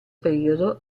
periodo